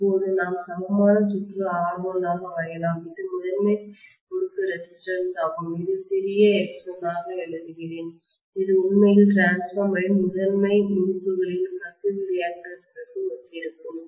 இப்போது நாம் சமமான சுற்று R1ஆக வரையலாம் இது முதன்மை முறுக்கு ரெசிஸ்டன்ஸ் ஆகும் இதை சிறிய x1 என எழுதுகிறேன் இது உண்மையில் டிரான்ஸ்பார்மரின் முதன்மை முறுக்குகளின் கசிவு ரியாக்டன்ஸ்க்கு ஒத்திருக்கும்